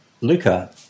luca